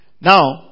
Now